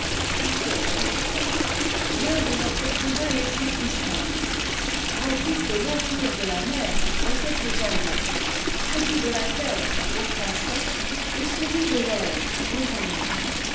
riçhter l'un de leurs écrivains tes plus distingués a dit que em re e la mtey était aux y nm célùi de la terre aux francais et ce mt de a r aux allemands